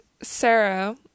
Sarah